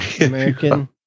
American